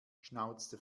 schnauzte